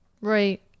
Right